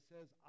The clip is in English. says